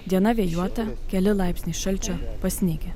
diena vėjuota keli laipsniai šalčio pasnigę